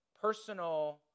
personal